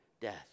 death